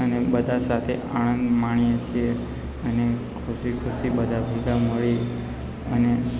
અને બધા સાથે આનંદ માણીએ છીએ અને ખુશી ખુશી બધા ભેગા મળી અને